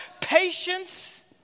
Patience